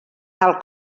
tal